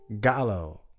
Gallo